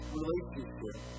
relationship